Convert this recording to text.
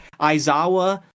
Aizawa